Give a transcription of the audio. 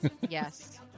Yes